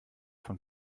von